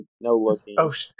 no-looking